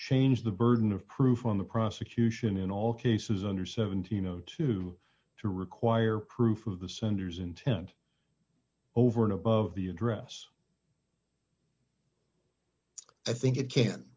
change the burden of proof on the prosecution in all cases under seventeen o two to require proof of the senator's intent over and above the address i think it can